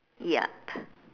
yup